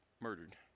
murdered